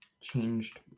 Changed